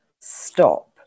stop